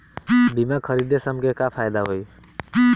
बीमा खरीदे से हमके का फायदा होई?